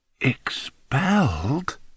Expelled